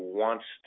wants